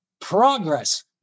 progress